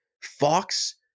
Fox